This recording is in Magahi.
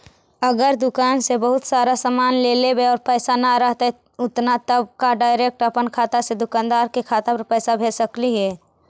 अगर दुकान से बहुत सारा सामान ले लेबै और पैसा न रहतै उतना तब का डैरेकट अपन खाता से दुकानदार के खाता पर पैसा भेज सकली हे?